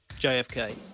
JFK